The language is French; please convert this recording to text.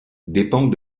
dépend